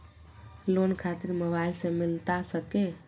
Loan खातिर mobile से मिलता सके?